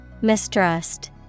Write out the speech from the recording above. mistrust